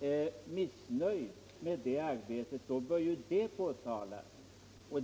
är missnöjd med det arbete de tre angivna ämbetsverken utför, bör man påtala det.